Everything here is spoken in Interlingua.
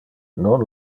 non